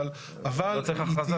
אבל היא תהיה --- לא צריך הכרזה,